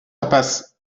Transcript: impasse